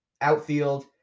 outfield